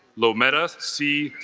lameta c.